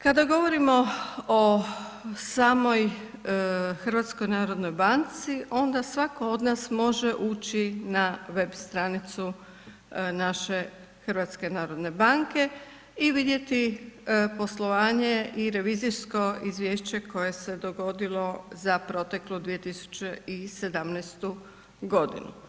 Kada govorimo o samoj HNB-u onda svatko od nas može ući na web stranicu naše HNB-a i vidjeti poslovanje i revizijsko izvješće koje se dogodilo za proteklu 2017. godinu.